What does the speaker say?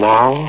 Now